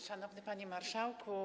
Szanowny Panie Marszałku!